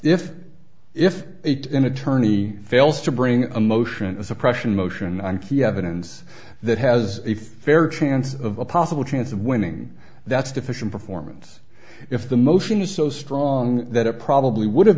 if if it an attorney fails to bring a motion to suppression motion on key evidence that has a fair chance of a possible chance of winning that's deficient performance if the motion is so strong that it probably would have